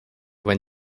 when